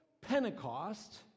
pentecost